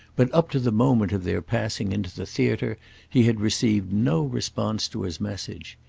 but up to the moment of their passing into the theatre he had received no response to his message.